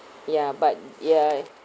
ya but ya